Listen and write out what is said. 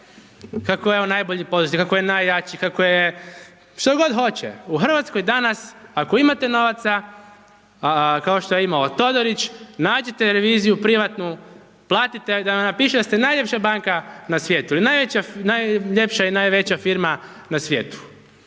kako je on najbolji poduzetnik, kako je najjači, kako je što god hoće. U Hrvatskoj danas ako imate novaca, kao što je imao Todorić, nađite reviziju privatnu, platite da vam napiše da ste najljepša banka na svijetu i najljepša i najveća firma na svijetu.